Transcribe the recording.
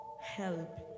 help